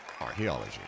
Archaeology